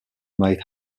might